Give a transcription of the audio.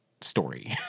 story